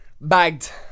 bagged